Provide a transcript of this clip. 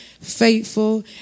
faithful